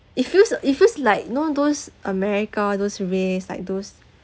it feels it feels like you know those america those race like those